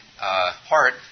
heart